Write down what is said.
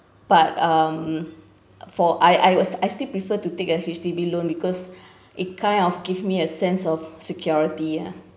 but um for I I was I still prefer to take a H_D_B loan because it kind of gives me a sense of security ah